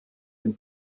dem